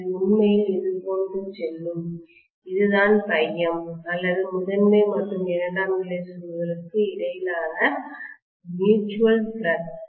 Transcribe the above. இது உண்மையில் இது போன்று செல்லும் இதுதான் ∅m அல்லது முதன்மை மற்றும் இரண்டாம் நிலை சுருள்களுக்கு இடையிலான பரஸ்பரமீட்ச்சுவல் ஃப்ளக்ஸ்